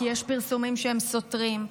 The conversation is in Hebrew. כי יש פרסומים סותרים.